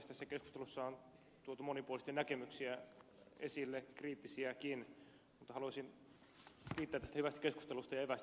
tässä keskustelussa on tuotu monipuolisesti näkemyksiä esille kriittisiäkin mutta haluaisin kiittää tästä hyvästä keskustelusta ja evästyksestä tälle aloitteelle